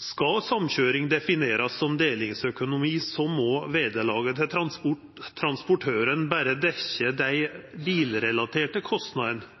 Skal samkøyring verta definert som delingsøkonomi, må vederlaget til transportøren berre dekkja dei bilrelaterte kostnadene